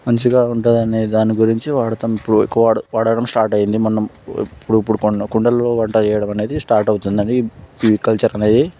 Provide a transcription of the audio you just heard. మంచిగా ఉంటుందనే దాని గురించి వాడతాం ఇప్పుడు ఎక్కువగా వాడడం స్టార్ట్ అయింది ఇప్పుడు ఇప్పుడు కుండలు వంట చేయడం అనేది స్టార్ట్ అవుతుంది ఈ కల్చర్ అనేది